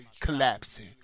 collapsing